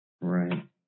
right